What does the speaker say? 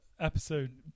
Episode